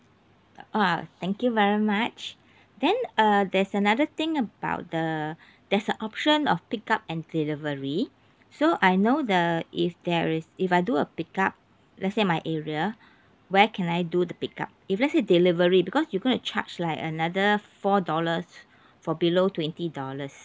ah thank you very much then uh there's another thing about the there's a option of pick up and delivery so I know the if there is if I do a pick up let's say my area where can I do the pick up if let's say delivery because you going to charge like another four dollars for below twenty dollars